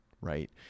right